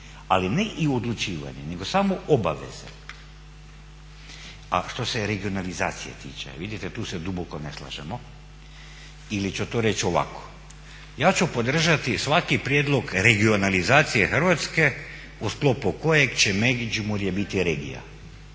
ali ne i odlučivanje nego samo obaveze. A što se regionalizacije tiče, vidite tu se duboko ne slažemo ili ću to reći ovako, ja ću podržati svaki prijedlog regionalizacije Hrvatske u sklopu kojeg će Međimurje biti regija,